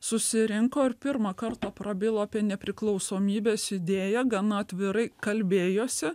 susirinko ir pirmą kartą prabilo apie nepriklausomybės idėją gana atvirai kalbėjosi